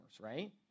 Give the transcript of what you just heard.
right